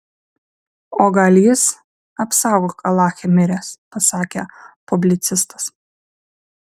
o gal jis apsaugok alache miręs pasakė publicistas